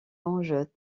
anges